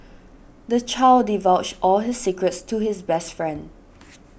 the child divulged all his secrets to his best friend